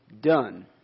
Done